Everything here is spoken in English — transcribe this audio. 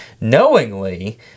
knowingly